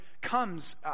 comes